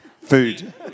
Food